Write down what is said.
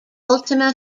ultima